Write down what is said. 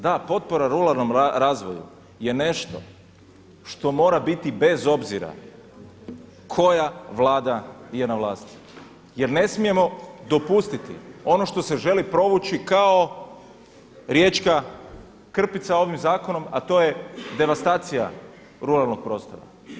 Da, potpora ruralnom razvoju je nešto što mora biti bez obzira koja vlada je na vlasti jer ne smijemo dopustiti ono što se želi provući kao riječka krpica ovim zakonom, a to je devastacija ruralnog prostora.